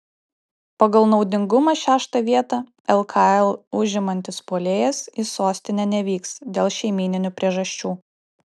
pagal naudingumą šeštą vietą lkl užimantis puolėjas į sostinę nevyks dėl šeimyninių priežasčių